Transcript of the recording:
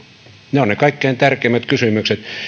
ne ovat ne kaikkein tärkeimmät kysymykset ei